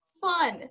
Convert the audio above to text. fun